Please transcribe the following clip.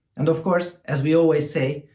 and, of course, as we always say,